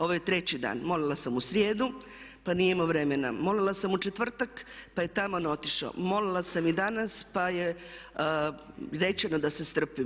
Ovo je treći dan, molila sam u srijedu pa nije imao vremena, molila sam u četvrtak pa je taman otišao, molila sam i danas pa je rečeno da se strpim.